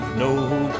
no